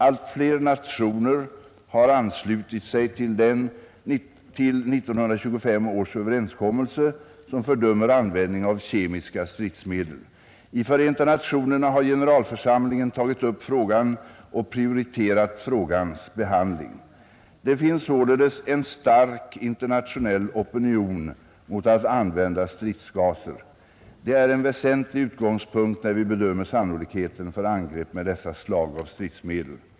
Allt fler nationer har anslutit sig till 1925 års överenskommelse, som fördömer användning av kemiska stridsmedel. I Förenta nationerna har generalförsamlingen tagit upp frågan och prioriterat frågans behandling. Det finns således en stark internationell opinion mot att använda stridsgaser. Det är en väsentlig utgångspunkt när vi bedömer sannolikheten för angrepp med dessa slag av stridsmedel.